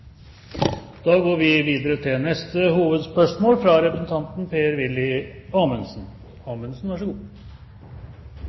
går videre til neste hovedspørsmål.